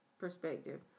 perspective